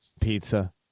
Pizza